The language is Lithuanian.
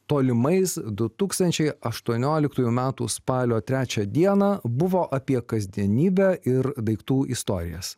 tolimais du tūkstančiai aštuonioliktųjų metų spalio trečią dieną buvo apie kasdienybę ir daiktų istorijas